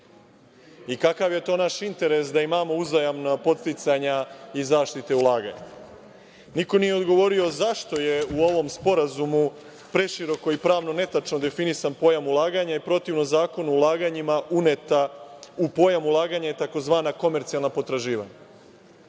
Kakav je to naš interes da imamo uzajamna podsticanja i zaštite ulaganja? Niko nije odgovorio zašto je u ovom sporazumu preširoko i pravno netačno definisan pojam ulaganja i protivno Zakonu o ulaganjima uneta u pojam ulaganje tzv. komercijalna potraživanja